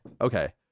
Okay